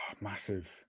massive